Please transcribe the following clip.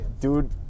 Dude